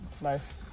Nice